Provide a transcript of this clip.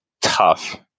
tough